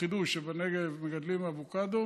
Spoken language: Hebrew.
חידוש שבנגב מגדלים אבוקדו,